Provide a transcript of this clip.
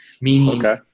Meaning